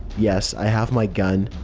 yes, i have my gun.